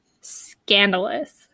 scandalous